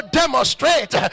demonstrate